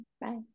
bye